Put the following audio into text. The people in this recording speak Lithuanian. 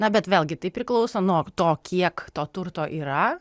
na bet vėlgi tai priklauso nuo to kiek to turto yra